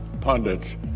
pundits